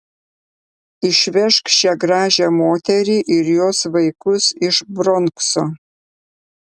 išvežk šią gražią moterį ir jos vaikus iš bronkso